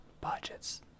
Budgets